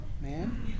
man